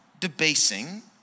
Debasing